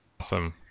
Awesome